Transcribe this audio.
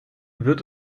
wird